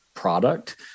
Product